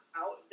out